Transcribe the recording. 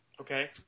Okay